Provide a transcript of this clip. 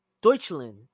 Deutschland